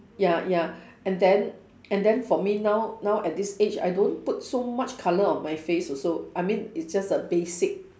ya ya and then and then for me now now at this age I don't put so much colour on my face also I mean it's just a basic